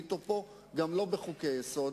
לחזות.